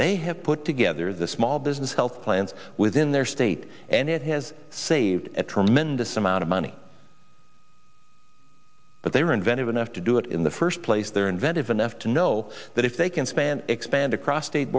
they have put together the small business health plans within their state and it has saved a tremendous amount of money but they were inventive enough to do it in the first place they're inventive enough to know that if they can span expand across state